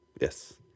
Yes